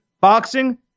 boxing